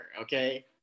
Okay